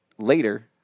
later